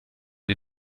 die